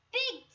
big